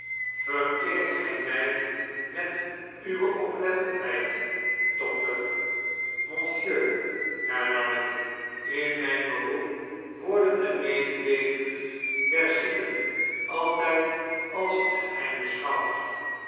vereert gfl mij met uwe oplettendheid dokter ss monsieur hernam ik in mp beroep worden de mededeelingen der zieken altyd als een geheim beschouwd